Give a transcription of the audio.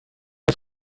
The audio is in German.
das